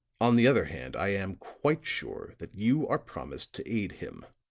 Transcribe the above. on the other hand i am quite sure that you are promised to aid him,